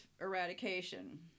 Eradication